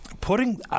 putting